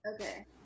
Okay